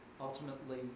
ultimately